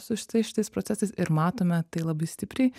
su šitais šitais procesais ir matome tai labai stipriai